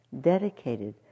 dedicated